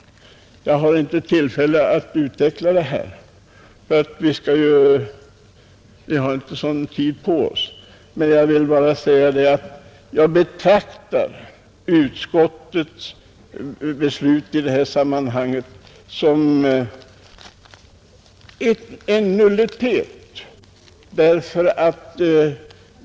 Jag har inte tillfälle att utveckla detta, för vi har inte så mycket tid på oss. Men jag vill bara säga att jag betraktar utskottets beslut i detta sammanhang som en nullitet.